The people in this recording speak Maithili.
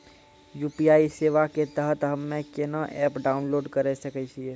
यु.पी.आई सेवा के तहत हम्मे केना एप्प डाउनलोड करे सकय छियै?